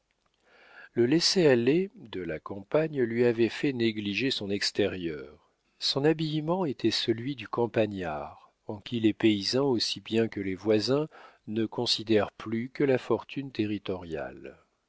le laissez-aller de la campagne lui avait fait négliger son extérieur son habillement était celui du campagnard en qui les paysans aussi bien que les voisins ne considèrent plus que la fortune territoriale